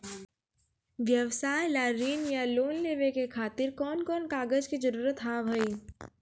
व्यवसाय ला ऋण या लोन लेवे खातिर कौन कौन कागज के जरूरत हाव हाय?